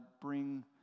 bring